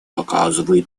оказывает